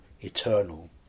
eternal